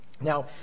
Now